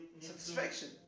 satisfaction